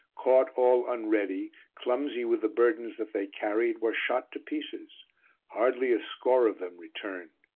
caught all unready, clumsy with the burdens that they carried, were shot to pieces hardly a score of them returned.